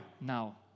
now